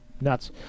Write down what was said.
nuts